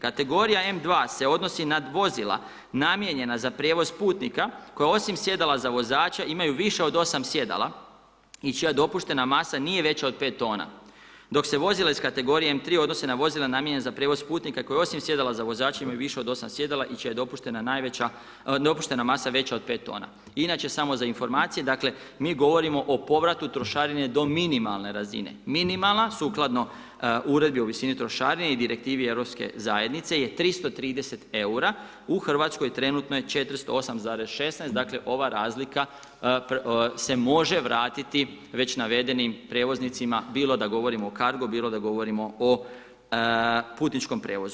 Kategorija M2 se odnosi na vozila namijenjena za prijevoz putnika koja osim sjedala za vozača imaju više od 8 sjedala i čija dopuštena masa nije veća od 5 t. Dok se vozila iz kategorije M3 odnose na vozila namijenjena za prijevoz putnika koji osim sjedala za vozače imaju više od 8 sjedala i čija je dopuštena masa veća od 5 t. Inače samo za informacije, dakle, mi govorimo o povratku trošarine do minimalne razine, minimalna sukladno uredbi o visini trošarine i direktivi Europske zajednice je 330 eura, u Hrvatskoj je trenutno 408,16 dakle ova razlika se može vratiti već navedenim prijevoznicima, bilo da govorimo o kargu bilo da govorimo o putničkom prijevozu.